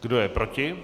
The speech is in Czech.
Kdo je proti?